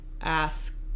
ask